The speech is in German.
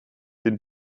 den